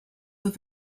were